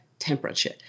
temperature